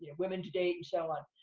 and women to date and so on.